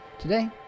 Today